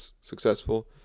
successful